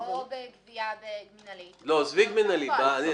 או בגבייה מינהלית --- לא, עזבי מינהלית.